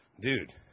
Dude